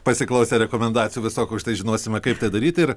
pasiklausę rekomendacijų visokių už tai žinosime kaip tai daryti ir